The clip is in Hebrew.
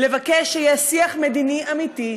לבקש שיהיה שיח מדיני אמיתי,